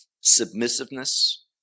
submissiveness